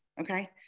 Okay